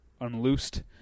unloosed